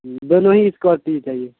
دونوں ہی اسکارپیو چاہیے